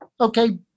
okay